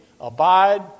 abide